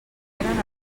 tenen